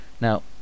now